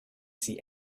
see